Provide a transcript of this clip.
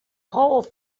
whole